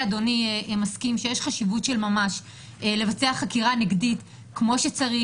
ואז נציגיה של ממשלת ישראל יוכלו לשתק